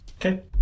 Okay